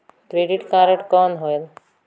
Credit card कौन होएल?